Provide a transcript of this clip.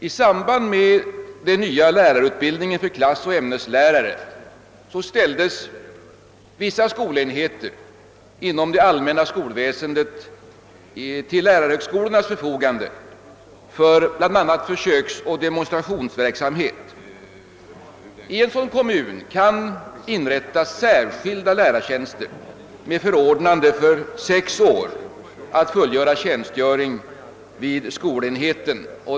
I samband med den nya lärarutbildningen för klassoch ämneslärare ställdes vissa skolenheter inom det allmänpa skolväsendet till lärarhögsskolornas förfogande för bl.a. försöksoch demonstrationsverksamhet. I kommuner med sådana skolor kan inrättas särskilda lärartjänster med förorånand=2 för sex år att fullgöra tjänstgöringen vid de skolenheterna.